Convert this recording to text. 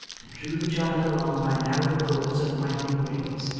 and drew the child along by narrow courts and winding ways,